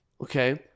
Okay